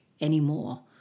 anymore